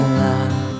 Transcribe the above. love